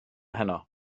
heno